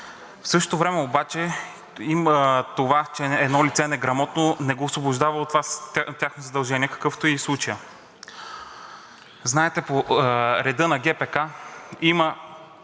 В същото време обаче това, че едно лице е неграмотно, не го освобождава от това негово задължение, какъвто е и случаят. Знаете, по реда на ГПК има